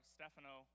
Stefano